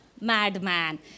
madman